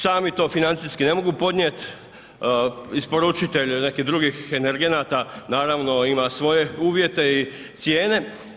Sami to financijski ne mogu podnijeti, isporučitelj nekih drugih energenata naravno ima svoje uvjete i cijene.